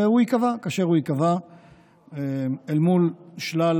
והוא ייקבע כאשר הוא ייקבע אל מול שלל